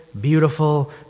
beautiful